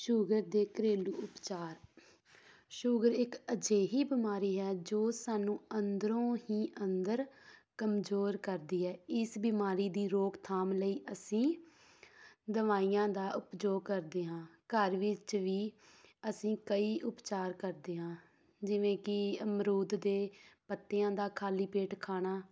sugar ਦੇ ਘਰੇਲੂ ਉਪਚਾਰ ਸ਼ੂਗਰ ਇੱਕ ਅਜਿਹੀ ਬਿਮਾਰੀ ਹੈ ਜੋ ਸਾਨੂੰ ਅੰਦਰੋਂ ਹੀ ਅੰਦਰ ਕਮਜੋਰ ਕਰਦੀ ਹੈ ਇਸ ਬਿਮਾਰੀ ਦੀ ਰੋਕਥਾਮ ਲਈ ਅਸੀਂ ਦਵਾਈਆਂ ਦਾ ਉਪਯੋਗ ਕਰਦੇ ਹਾਂ ਘਰ ਵਿੱਚ ਵੀ ਅਸੀਂ ਕਈ ਉਪਚਾਰ ਕਰਦੇ ਹਾਂ ਜਿਵੇਂ ਕਿ ਅਮਰੂਦ ਦੇ ਪੱਤਿਆਂ ਦਾ ਖਾਲੀ ਪੇਟ ਖਾਣਾ